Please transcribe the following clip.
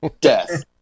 death